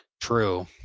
True